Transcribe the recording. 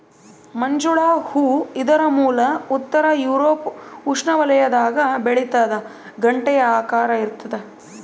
ಮಂಜುಳ ಹೂ ಇದರ ಮೂಲ ಉತ್ತರ ಯೂರೋಪ್ ಉಷ್ಣವಲಯದಾಗ ಬೆಳಿತಾದ ಗಂಟೆಯ ಆಕಾರ ಇರ್ತಾದ